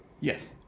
Yes